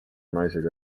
naisega